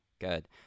good